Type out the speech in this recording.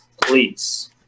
please